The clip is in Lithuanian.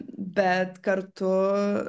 bet kartu